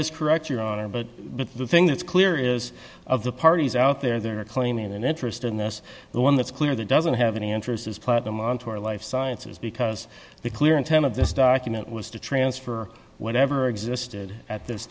is correct your honor but the thing that's clear is of the parties out there they're claiming an interest in this the one that's clear that doesn't have any interest has played them onto our life sciences because the clear intent of this document was to transfer whatever existed at this